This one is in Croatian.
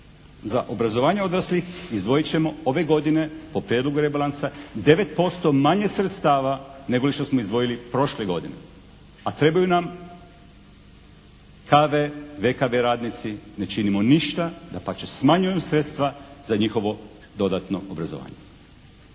Za obrazovanje odraslih izdvojit ćemo ove godine po prijedlogu rebalansa 9% manje sredstava nego li što smo izdvojili prošle godine. A trebaju nam KV, VKV radnici. Ne činimo ništa, dapače smanjuju se sredstva za njihovo dodatno obrazovanje.